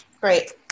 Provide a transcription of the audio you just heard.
Great